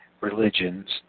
religions